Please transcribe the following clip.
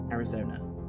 Arizona